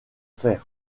fer